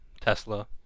Tesla